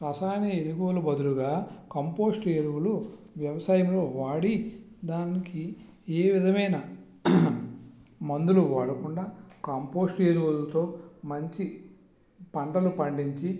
రసాయన ఎరువులకు బదులుగా కంపోస్ట్ ఎరువులు వ్యవసాయంలో వాడి దానికి ఏ విధమైన మందులు వాడకుండా కంపోస్ట్ ఎరువులతో మంచి పంటలు పండించి